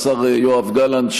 השר יואב גלנט,